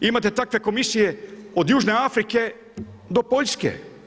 Imate takve komisije od Južne Afrike do Poljske.